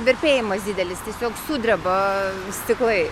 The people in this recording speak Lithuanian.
virpėjimas didelis tiesiog sudreba stiklai